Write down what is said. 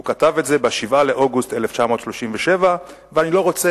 הוא כתב את זה ב-7 באוגוסט 1937. אני לא רוצה,